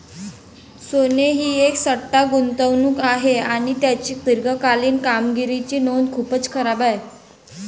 सोने ही एक सट्टा गुंतवणूक आहे आणि त्याची दीर्घकालीन कामगिरीची नोंद खूपच खराब आहे